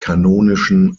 kanonischen